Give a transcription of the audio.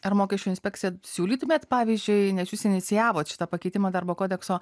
ar mokesčių inspekcija siūlytumėte pavyzdžiui nes jūs inicijavote šitą pakeitimą darbo kodekso